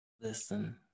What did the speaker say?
Listen